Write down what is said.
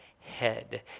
head